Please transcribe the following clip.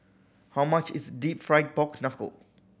how much is Deep Fried Pork Knuckle